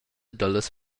dallas